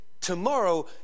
tomorrow